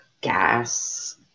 Gas